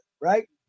right